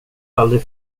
aldrig